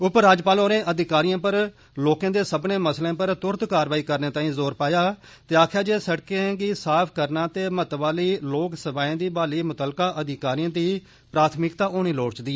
उप राज्यपाल होरें अधिकारिएं पर लोकें दे सब्बनें मसलें पर तुरत कारवाई करने ताईं जोर पाया ते आक्खेआ जे सड़कें गी साफ करना ते महत्व आली लोक सेवाएं दी बहाली मुत्तलका अधिकारिएं दी प्राथमिक्ता होनी लोड़चदी